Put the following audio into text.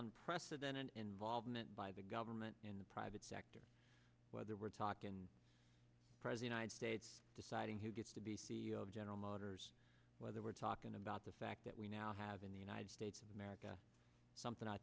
unprecedented involvement by the government in the private sector whether we're talking president ited states deciding who gets to be c e o of general motors whether we're talking about the fact that we now have in the united states of america something i